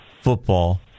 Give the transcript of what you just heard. football